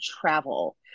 travel